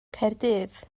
caerdydd